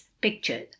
picture